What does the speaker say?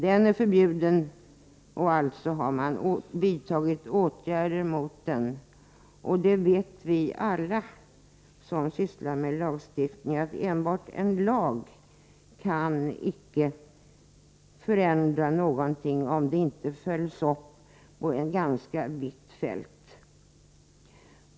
Den är förbjuden, och alltså har man vidtagit åtgärder mot den. Alla vi som sysslar med lagstiftning vet att enbart en lag kan icke förändra någonting, om den inte följs upp på ganska vida fält.